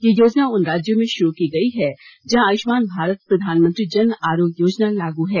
यह योजना उन राज्यों में शुरू की गई है जहां आयुष्मान भारत प्रधानमंत्री जन आरोग्य योजना लागू है